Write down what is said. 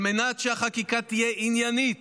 על מנת שהחקיקה תהיה עניינית